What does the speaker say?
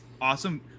awesome